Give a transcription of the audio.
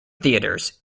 theatres